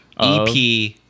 EP